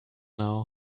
now